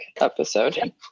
episode